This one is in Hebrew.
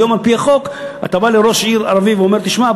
היום על-פי החוק אתה בא לראש עיר ערבי והוא אומר: תשמע,